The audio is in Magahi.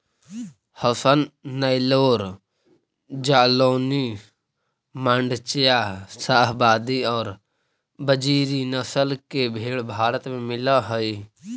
हसन, नैल्लोर, जालौनी, माण्ड्या, शाहवादी और बजीरी नस्ल की भेंड़ भारत में मिलअ हई